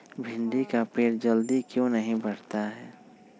भिंडी का पेड़ जल्दी क्यों नहीं बढ़ता हैं?